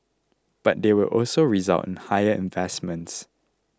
but they will also result in higher investments